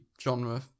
genre